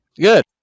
Good